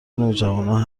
نوجوانان